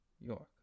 York